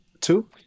two